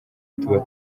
tuba